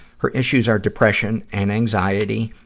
her issues are depression and anxiety,